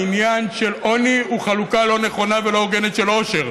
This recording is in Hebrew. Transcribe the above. העניין של עוני הוא חלוקה לא נכונה ולא הוגנת של עושר.